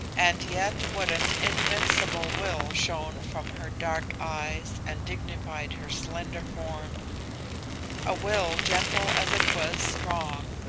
and yet what an invincible will shone from her dark eyes and dignified her slender form a will gentle as it was strong,